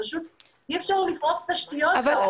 פשוט אי אפשר לפרוס תשתיות.